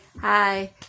hi